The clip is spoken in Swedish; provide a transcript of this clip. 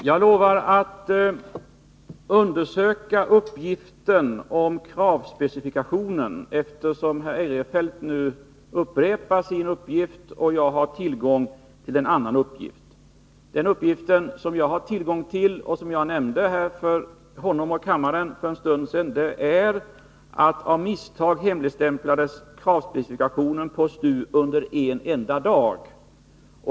Herr talman! Jag lovar att undersöka uppgiften om kravspecifikationen, eftersom herr Eirefelt nu upprepar sin uppgift och jag har tillgång till en annan uppgift. Den uppgift jag har tillgång till, och som jag nämnde här för en stund sedan, är att kravspecifikationen av misstag hemligstämplades på STU under en enda dag.